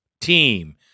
team